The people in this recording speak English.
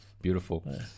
Beautiful